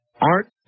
Art